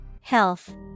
Health